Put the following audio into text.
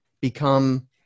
become